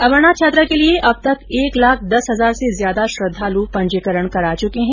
अमरनाथ यात्रा के लिए अब तक एक लाख दस हजार से ज्यादा श्रद्वालु पंजीकरण करा चुके हैं